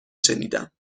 شنیدم